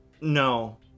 No